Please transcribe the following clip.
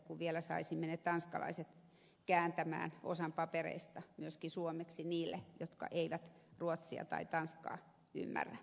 saisimmepa vielä tanskalaiset kääntämään osan papereista myöskin suomeksi niille jotka eivät ruotsia tai tanskaa ymmärrä